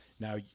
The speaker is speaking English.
Now